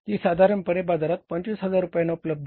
जी साधारणपणे बाजारात 25000 रुपयांना उपलब्ध आहे